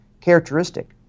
characteristic